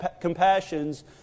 compassions